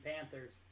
Panthers